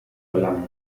gelangen